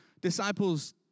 disciples